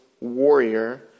warrior